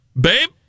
Babe